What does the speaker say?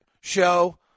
show